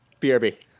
BRB